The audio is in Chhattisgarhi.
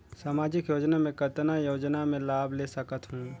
समाजिक योजना मे कतना योजना मे लाभ ले सकत हूं?